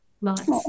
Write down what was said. lots